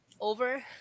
over